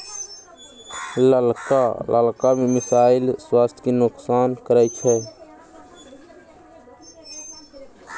ललका मिरचाइ स्वास्थ्य के नोकसान करै छइ